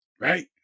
Right